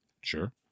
Sure